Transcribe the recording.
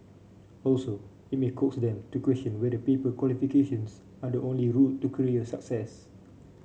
also it may coax them to question whether paper qualifications are the only route to career success